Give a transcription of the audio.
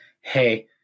Hey